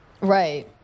Right